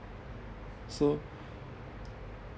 so